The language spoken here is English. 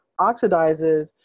oxidizes